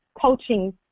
Coaching